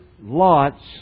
Lot's